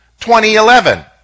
2011